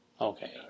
Okay